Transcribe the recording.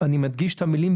אני מדגיש את המילים,